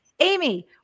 Amy